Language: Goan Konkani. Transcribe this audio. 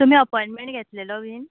तुमी अपॉयणमॅण घेतलेलो बीन